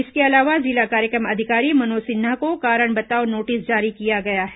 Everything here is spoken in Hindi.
इसके अलावा जिला कार्यक्रम अधिकारी मनोज सिन्हा को कारण बताओ नोटिस जारी किया गया है